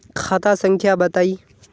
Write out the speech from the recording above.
खाता संख्या बताई?